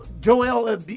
Joel